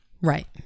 Right